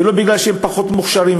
ולא מפני שהם פחות מוכשרים,